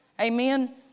Amen